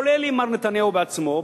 כולל עם מר נתניהו בעצמו,